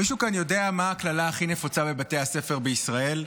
מישהו כאן יודע מה הקללה הכי נפוצה בבתי הספר בישראל?